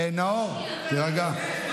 ארז, גם הוא קבוע, נאור, תירגע.